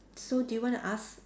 so do you want to ask